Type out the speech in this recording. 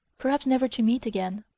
perhaps never to meet again.